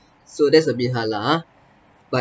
so that's a bit hard lah ah but